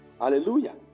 Hallelujah